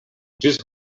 ĝis